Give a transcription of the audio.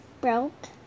broke